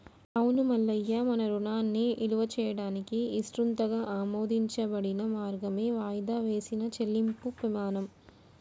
అవును మల్లయ్య మన రుణాన్ని ఇలువ చేయడానికి ఇసృతంగా ఆమోదించబడిన మార్గమే వాయిదా వేసిన చెల్లింపుము పెమాణం